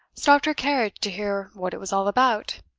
stopped her carriage to hear what it was all about,